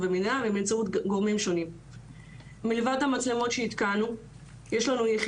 ומצד שני גם כאשר אני מצליח לקדם ולתביעות